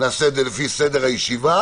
ונעשה את זה לפי סדר הישיבה.